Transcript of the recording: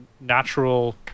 natural